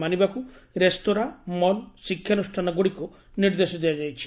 ମାନିବାକୁ restaurant mall ଶିକ୍ଷାନୁଷ୍ଠାନ ଗୁଡ଼ିକୁ ନିର୍ଦ୍ଦେଶ ଦିଆଯାଇଛି